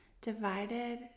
divided